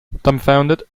dumbfounded